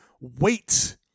Wait